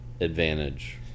advantage